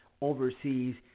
overseas